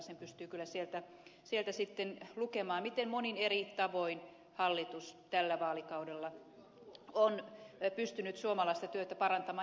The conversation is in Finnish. sen pystyy kyllä sieltä sitten lukemaan miten monin eri tavoin hallitus tällä vaalikaudella on pystynyt suomalaista työtä parantamaan